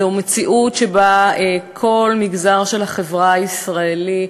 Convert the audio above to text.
זו מציאות שבה בכל מגזר של החברה הישראלית,